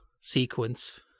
sequence